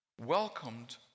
welcomed